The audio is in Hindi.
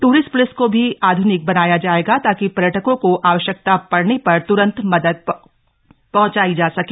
टूरिस्ट प्लिस को भी आध्निक बनाया जाएगा ताकि पर्यटकों को आवश्यकता पड़ने पर त्रंत मदद पहंचाई जा सके